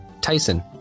Tyson